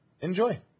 enjoy